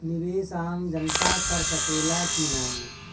निवेस आम जनता कर सकेला की नाहीं?